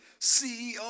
CEO